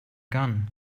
gun